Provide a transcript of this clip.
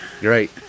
Great